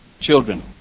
children